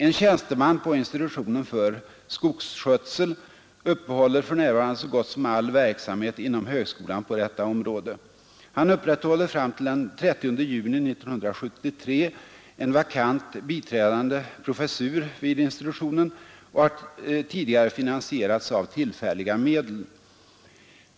En tjänsteman på institutionen för skogsskötsel uppehåller för tillfället så gott som all verksamhet inom högskolan på detta område. Han upprätthåller fram till den 30 juni 1973 en vakant biträdande professur vid institutionen som tidigare har finansierats av tillfälliga medel.